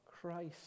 Christ